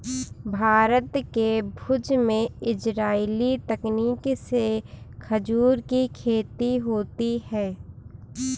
भारत के भुज में इजराइली तकनीक से खजूर की खेती होती है